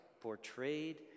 portrayed